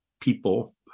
people